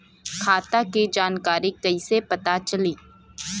खाता के जानकारी कइसे पता चली?